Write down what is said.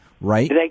right